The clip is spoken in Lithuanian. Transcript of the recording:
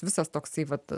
visas toksai vat